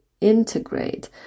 integrate